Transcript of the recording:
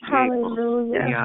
Hallelujah